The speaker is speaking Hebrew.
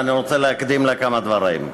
ואני רוצה להקדים להצגתה כמה דברים.